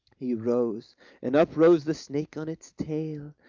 he rose and up rose the snake on its tail,